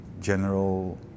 general